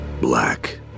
black